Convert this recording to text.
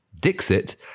Dixit